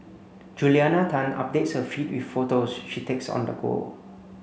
Juliana Tan updates her feed with photos she takes on the go